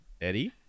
Eddie